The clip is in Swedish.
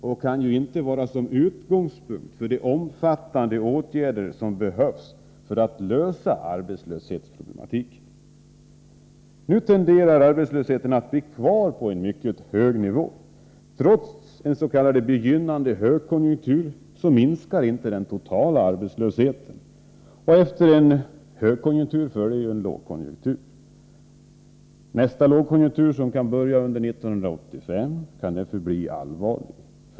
Den kan inte tas till utgångspunkt för en diskussion om de omfattande åtgärder som behövs för att lösa arbetslöshetsproblematiken. Nu tenderar arbetslösheten att bli kvar på en mycket hög nivå. Trots en s.k. begynnande högkonjunktur minskar inte den totala arbetslösheten, och efter en högkonjunktur följer en lågkonjunktur. Nästa lågkonjunktur, som kan börja efter 1985, riskerar därför att bli allvarlig.